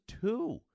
two